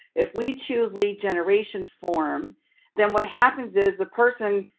if we choose lead generation form then what happens is the person